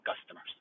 customers